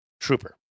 trooper